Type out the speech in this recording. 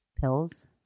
pills